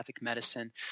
medicine